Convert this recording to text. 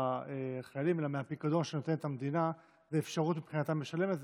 החיילים אלא מהפיקדון שנותנת המדינה ויש אפשרות מבחינתם לשלם את זה,